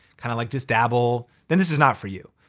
kinda like just dabble, then this is not for you.